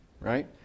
right